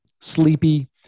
sleepy